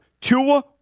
Tua